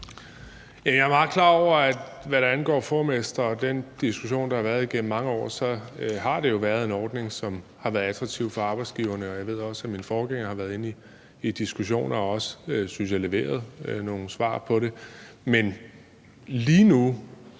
Jeg er godt klar over, at hvad angår fodermestre og den diskussion, der har været igennem mange år, har det jo været en ordning, som har været attraktiv for arbejdsgiverne. Og jeg ved også, at min forgænger har været inde i diskussionen og også, synes jeg, leveret nogle svar på det. Men lige nu